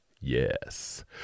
Yes